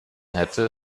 hätte